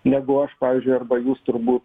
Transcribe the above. negu aš pavyzdžiui arba jūs turbūt